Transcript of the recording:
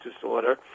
disorder